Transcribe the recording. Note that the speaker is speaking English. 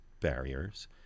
barriers